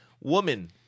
Woman